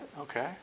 Okay